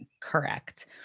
Correct